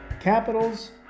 Capitals